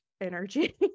energy